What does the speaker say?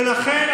ולכן,